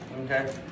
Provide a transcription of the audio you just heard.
okay